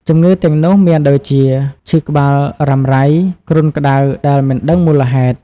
ជំងឺទាំងនោះមានដូចជា ឈឺក្បាលរ៉ាំរ៉ៃ គ្រុនក្តៅដែលមិនដឹងមូលហេតុ។